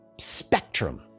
spectrum